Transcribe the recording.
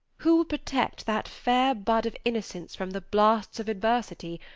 who will protect that fair bud of innocence from the blasts of adversity,